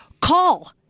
call